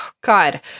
God